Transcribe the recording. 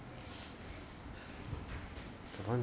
for one